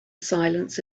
silence